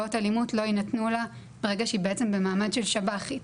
לנפגעות אלימות לא יינתנו לה ברגע שהיא בעצם במעמד של שב"חית,